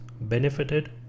benefited